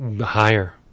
Higher